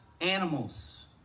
animals